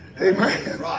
Amen